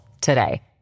today